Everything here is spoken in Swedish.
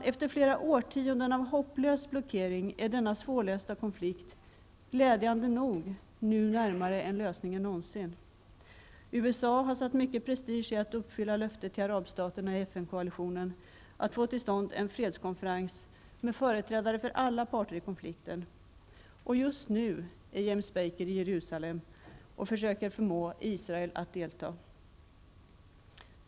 Efter flera årtionden av hopplös blockering är denna svårlösta konflikt glädjande nog nu närmare en lösning än någonsin. USA har låtit det ingå mycket prestige i uppfyllandet av löftet till arabstaterna i FN-koalitionen att få till stånd en fredskonferens med företrädare för alla parter i konflikten. Just nu är James Baker i Jerusalem för att försöka förmå Israel att delta.